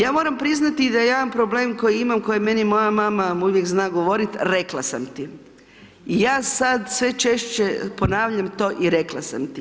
Ja mora priznati da jedan problem koji imam, koji je meni moja mama uvijek zna govorit, rekla sam ti, i ja sad sve češće ponavljam to i rekla sam ti.